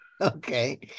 Okay